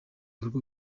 bikorwa